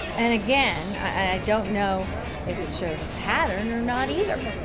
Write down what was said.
and, again, i don't know if it shows a pattern or not either.